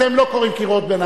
אתם לא קוראים קריאות ביניים.